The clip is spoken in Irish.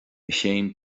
chéim